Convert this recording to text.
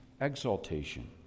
exaltation